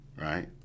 right